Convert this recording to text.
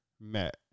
met